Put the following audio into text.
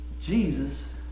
Jesus